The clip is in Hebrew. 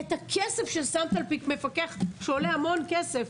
ואת הכסף ששמת על מפקח שעולה המון כסף,